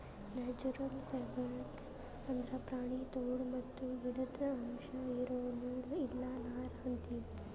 natural fibres ಅಂದ್ರ ಪ್ರಾಣಿ ತೊಗುಲ್ ಮತ್ತ್ ಗಿಡುದ್ ಅಂಶ್ ಇರೋ ನೂಲ್ ಇಲ್ಲ ನಾರ್ ಅಂತೀವಿ